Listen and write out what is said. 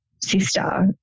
sister